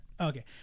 okay